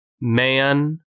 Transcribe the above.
man